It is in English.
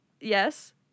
Yes